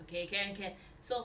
okay can can so